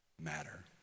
matter